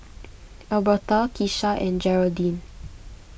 Albertha Kisha and Gearldine